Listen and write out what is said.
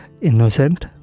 innocent